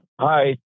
Hi